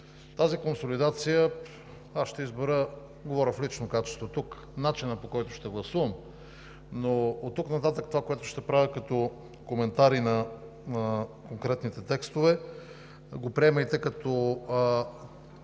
Тази консолидация – аз ще изброя, говоря в лично качество тук, начинът, по който ще гласувам, но оттук нататък това, което ще правя като коментари на конкретните текстове, го приемайте като вдигане